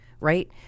right